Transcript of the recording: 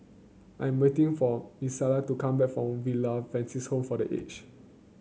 I'm waiting for Milissa to come back from Villa Francis Home for The Age